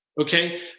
Okay